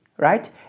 right